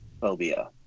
phobia